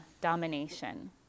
domination